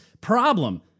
problem